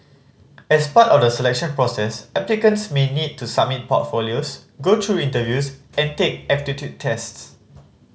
as part of the selection process applicants may need to submit portfolios go through interviews and take aptitude tests